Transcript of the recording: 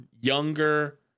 younger